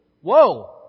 Whoa